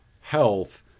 health